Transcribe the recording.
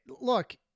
look